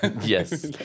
Yes